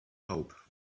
hope